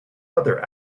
other